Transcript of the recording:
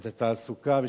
תעסוקה,